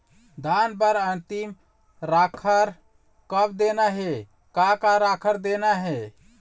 धान बर अन्तिम राखर कब देना हे, का का राखर देना हे?